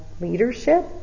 leadership